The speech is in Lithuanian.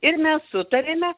ir mes sutarėme